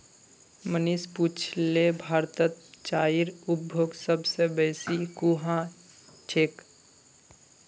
मनीष पुछले भारतत चाईर उपभोग सब स बेसी कुहां ह छेक